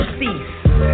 cease